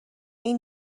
این